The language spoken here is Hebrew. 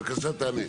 בבקשה תענה.